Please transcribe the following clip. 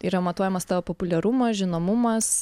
yra matuojamas tavo populiarumas žinomumas